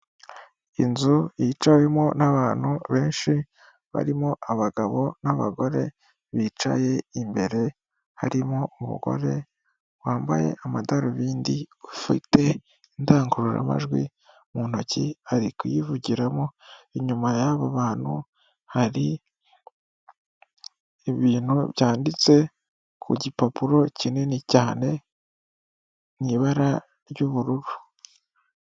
Inzu yicawemo n'abantu benshi, barimo abagabo n'abagore bicaye imbere, harimo umugore wambaye amadarubindi, ufite indangururamajwi mu ntoki ari kuyivugiramo, inyuma y'abo bantu hari ibintu byanditse ku gipapuro kinini cyane mu ibara ry'ubururu.